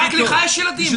רק לך יש ילדים?